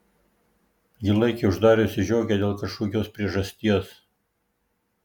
ji laikė uždariusi žiogę dėl kažkokios priežasties